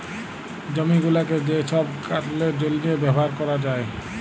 জমি গুলাকে যে ছব কারলের জ্যনহে ব্যাভার ক্যরা যায়